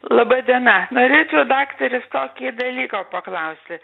laba diena norėčiau daktarės tokį dalyką paklausti